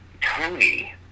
Tony